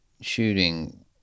shooting